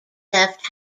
left